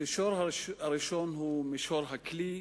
המישור הראשון הוא מישור הכלי,